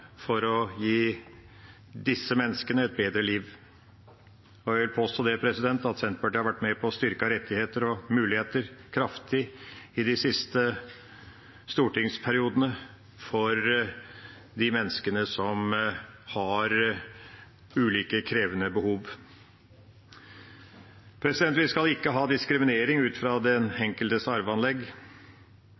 for å gi disse menneskene et bedre liv. Jeg vil påstå at Senterpartiet har vært med på å styrke rettigheter og muligheter kraftig i de siste stortingsperiodene for de menneskene som har ulike krevende behov. Vi skal ikke ha diskriminering ut fra den enkeltes arveanlegg,